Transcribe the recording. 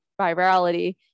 virality